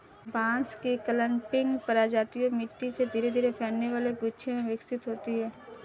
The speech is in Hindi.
बांस की क्लंपिंग प्रजातियां मिट्टी से धीरे धीरे फैलने वाले गुच्छे में विकसित होती हैं